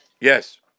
Yes